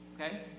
okay